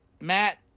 Matt